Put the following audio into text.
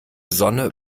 sonne